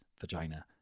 vagina